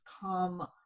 come